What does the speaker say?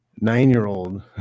nine-year-old